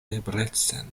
debrecen